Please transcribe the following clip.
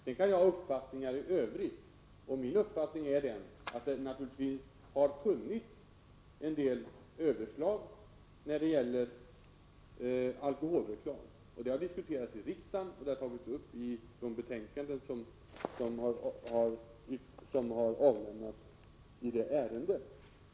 Men jag kan ha en uppfattning om det, och den är i detta fall att det har funnits en del överslag när det gäller alkoholreklam. Det har tagits upp i betänkanden som har avlämnats i sådana ärenden och diskuterats i riksdagen.